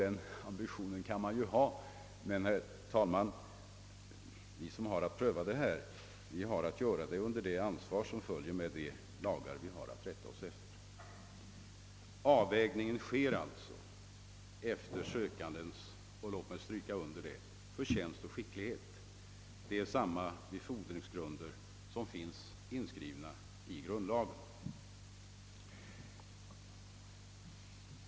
Den ambitionen kan man naturligtvis ha — men vi som skall pröva dessa frågor har att göra det under det ansvar som följer av gällande lag. Avvägningen sker alltså — låt mig stryka under det — efter sökandenas förtjänst och skicklighet; det är samma befordringsgrunder som finns inskrivna i grundlagen.